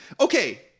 Okay